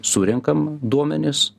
surenkam duomenis